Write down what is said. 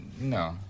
No